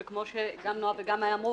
וכמו שגם נעה וגם מאיה אמרו,